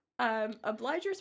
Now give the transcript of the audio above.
obligers